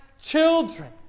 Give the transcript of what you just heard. children